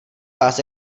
vás